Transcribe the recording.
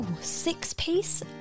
six-piece